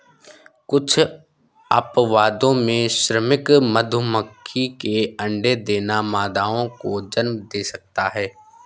कुछ अपवादों में, श्रमिक मधुमक्खी के अंडे देना मादाओं को जन्म दे सकता है